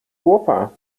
kopā